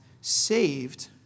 saved